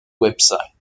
website